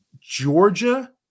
Georgia